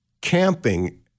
camping